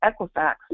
Equifax